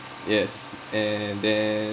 yes and then